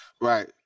Right